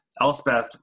elspeth